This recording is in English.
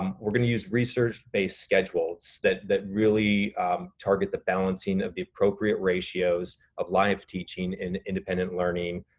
um we're gonna use research based schedules that, that really target the balancing of the appropriate ratios of live teaching and independent learning,